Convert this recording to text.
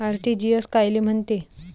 RTGS कायले म्हनते?